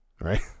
Right